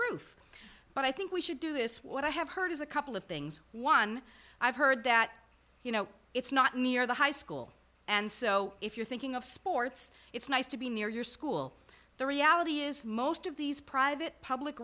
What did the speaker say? roof but i think we should do this what i have heard is a couple of things one i've heard that you know it's not near the high school and so if you're thinking of sports it's nice to be near your school the reality is most of these private public